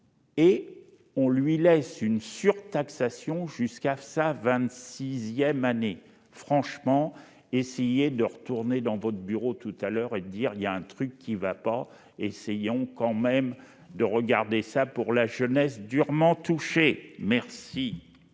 et on lui laisse une surtaxation jusqu'AFSA 26ème année franchement essayer de retourner dans votre bureau tout à l'heure et de dire il y a un truc qui va pas, essayons quand même de regarder ça pour la jeunesse, durement touchée, merci.